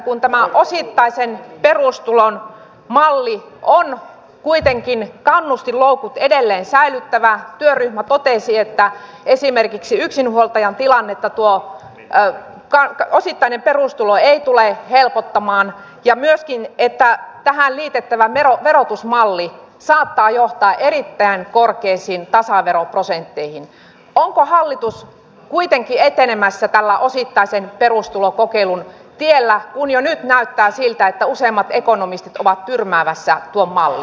kun tämä osittaisen perustulon malli on kuitenkin kannustinloukut edelleen säilyttävä työryhmä totesi että esimerkiksi yksinhuoltajan tilannetta tuo osittainen perustulo ei tule helpottamaan ja tähän liitettävä verotusmalli saattaa myöskin johtaa erittäin korkeisiin tasaveroprosentteihin onko hallitus kuitenkin etenemässä tällä osittaisen perustulokokeilun tiellä kun jo nyt näyttää siltä että useimmat ekonomistit ovat tyrmäämässä tuon mallin